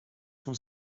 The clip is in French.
son